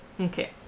Okay